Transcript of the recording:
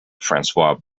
francois